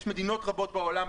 יש מדינות רבות בעולם,